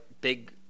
big